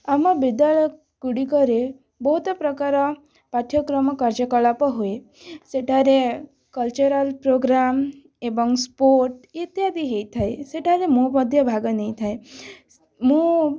ଆମ ବିଦ୍ୟାଳୟ ଗୁଡ଼ିକରେ ବହୁତ୍ ପ୍ରକାର ପାଠ୍ୟକ୍ରମ କାର୍ଯ୍ୟକଳାପ ହୁଏ ସେଠାରେ କଲଚରାଲ୍ ପ୍ରୋଗ୍ରାମ୍ ଏବଂ ସ୍ପୋର୍ଟସ୍ ଇତ୍ୟାଦି ହେଇଥାଏ ସେଠାରେ ମୁଁ ମଧ୍ୟ ଭାଗ ନେଇଥାଏ ମୁଁ